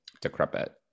decrepit